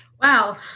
Wow